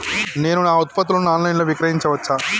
నేను నా ఉత్పత్తులను ఆన్ లైన్ లో విక్రయించచ్చా?